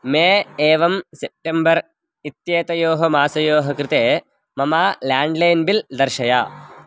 मे एवं सेप्टेम्बर् इत्येतयोः मासयोः कृते मम लेण्ड्लैन् बिल् दर्शय